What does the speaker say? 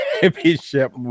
championship